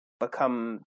become